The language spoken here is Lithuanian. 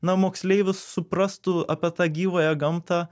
na moksleivis suprastų apie tą gyvąją gamtą